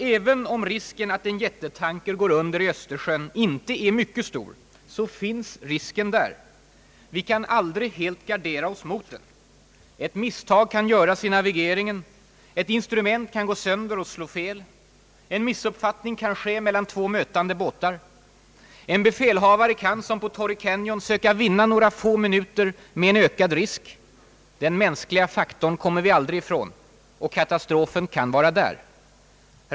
Även om risken att en jättetanker går under i Östersjön inte är mycket stor så finns risken där. Vi kan aldrig helt gardera oss mot den. Ett misstag kan göras i navigeringen, ett instrument kan gå sönder och visa fel, en missuppfattning kan ske mellan två mötande båtar, en befälhavare kan som på Torrey Canyon söka vinna några få minuter med en ökad risk, den mänskliga faktorn kommer vi aldrig ifrån — och katastrofen kan vara där.